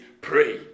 pray